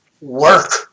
work